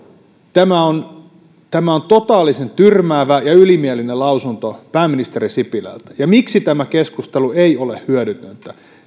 tämä on tämä on totaalisen tyrmäävä ja ylimielinen lausunto pääministeri sipilältä ja miksi tämä keskustelu ei ole hyödytöntä